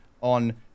on